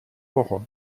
woche